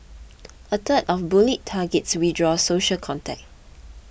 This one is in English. a third of bullied targets withdrew social contact